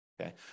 okay